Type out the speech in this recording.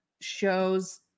shows